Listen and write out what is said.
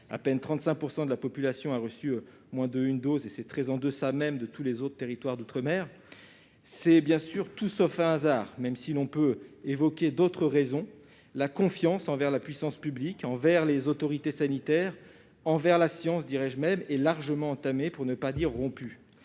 à peine 35 % de la population a reçu au moins une dose, soit un taux beaucoup plus faible que tous les autres territoires d'outre-mer -, c'est bien sûr tout sauf un hasard, même si l'on peut évoquer d'autres raisons. La confiance envers la puissance publique, les autorités sanitaires, et même la science, est largement entamée, pour ne pas dire rompue.